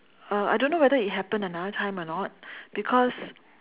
uh I don't know whether it happened another time or not because